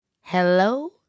hello